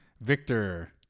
Victor